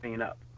up